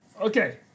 Okay